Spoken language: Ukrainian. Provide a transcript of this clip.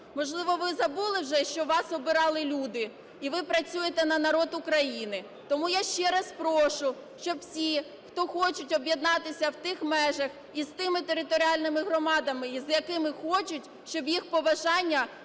Можливо, ви забули вже, що вас обирали люди і ви працюєте на народ України. Тому я ще раз прошу, щоб усі, хто хочуть об'єднатися в тих межах і з тими територіальними громадами, з якими хочуть, щоб їх побажання